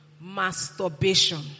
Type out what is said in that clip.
masturbation